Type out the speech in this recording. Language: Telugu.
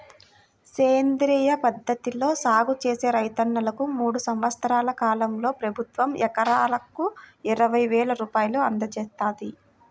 సేంద్రియ పద్ధతిలో సాగు చేసే రైతన్నలకు మూడు సంవత్సరాల కాలంలో ప్రభుత్వం ఎకరాకు ఇరవై వేల రూపాయలు అందజేత్తంది